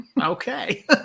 Okay